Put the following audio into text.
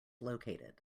located